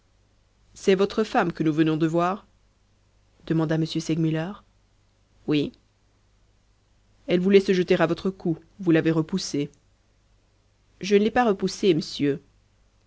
c'est votre femme que nous venons de voir demanda m segmuller oui elle voulait se jeter à votre cou vous l'avez repoussée je ne l'ai pas repoussée m'sieu